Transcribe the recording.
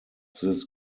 this